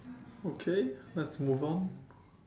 okay let's move on